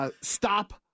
stop